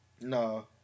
No